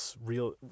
real